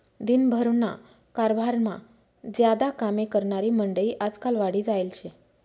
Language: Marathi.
दिन भरना कारभारमा ज्यादा कामे करनारी मंडयी आजकाल वाढी जायेल शे